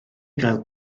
gael